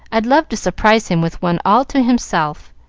i'd love to surprise him with one all to himself.